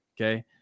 Okay